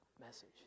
message